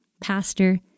pastor